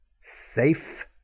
Safe